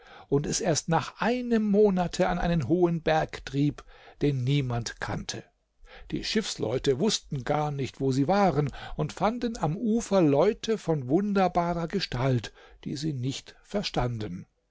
und es erst nach einem monate an einen hohen berg trieb den niemand kannte die schiffsleute wußten gar nicht wo sie waren und fanden am ufer leute von wunderbarer gestalt die sie nicht verstanden